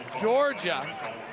Georgia